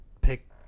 pick